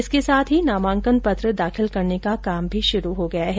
इसके साथ ही नामांकन पत्र दाखिल करने का काम भी शुरू हो गया हैं